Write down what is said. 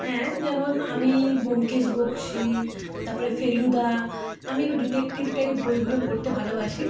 হ্যাঁ যেমন আমি ব্যোমকেশ বক্সী তাপরে ফেলুদা আমি একটু ডিটেকটিভ টাইপ বইগুলো পড়তে ভালোবাসি